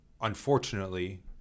unfortunately